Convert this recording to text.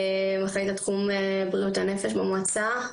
אחראית על תחום בריאות הנפש במועצה.